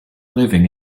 living